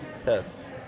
Test